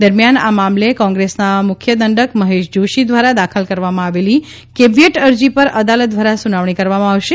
દરમિયાન આ મામલે કોંગ્રેસના મુખ્ય દંડક મહેશ જોશી દ્વારા દાખલ કરવામાં આવેલી કેવિયેટ અરજી પર અદાલત દ્વારા સુનાવણી કરવામાં આવશે